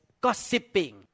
gossiping